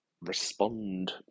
respond